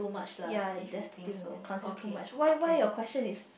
ya that's the thing I consider too much why why your question is